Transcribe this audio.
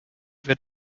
wird